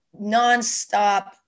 nonstop